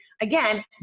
again